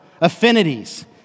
affinities